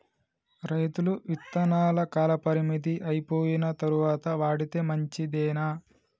రైతులు విత్తనాల కాలపరిమితి అయిపోయిన తరువాత వాడితే మంచిదేనా?